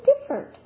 different